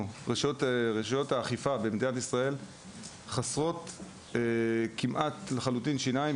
רשויות האכיפה במדינת ישראל חסרות שיניים כמעט לחלוטין,